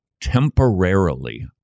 temporarily